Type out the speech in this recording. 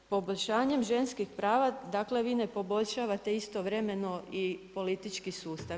Poboljšanjem ženskih prava dakle vi ne poboljšavate istovremeno i politički sustav.